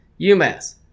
UMass